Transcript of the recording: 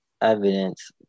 evidence